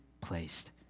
placed